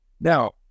Now